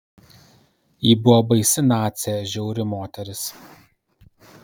ji buvo baisi nacė žiauri moteris